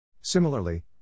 Similarly